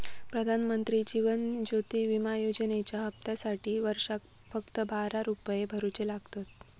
प्रधानमंत्री जीवन ज्योति विमा योजनेच्या हप्त्यासाटी वर्षाक फक्त बारा रुपये भरुचे लागतत